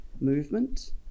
movement